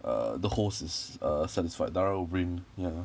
err the host is uh satisfied dara o' briain ya